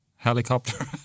Helicopter